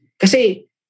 Kasi